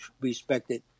respected